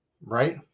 right